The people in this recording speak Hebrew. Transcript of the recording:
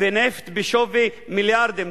ונפט בשווי מיליארדים.